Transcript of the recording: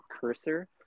cursor